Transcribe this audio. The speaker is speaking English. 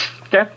Okay